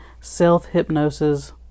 self-hypnosis